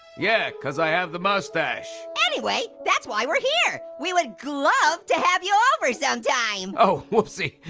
yeah, cause i have the mustache. anyway, that's why we're here. we would glove to have you over sometime. oh, whoopsie.